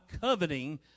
coveting